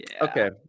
Okay